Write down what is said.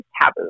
taboo